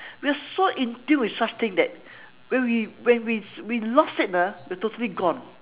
we are so in tune with such things that when we when we we lost it ah we're totally gone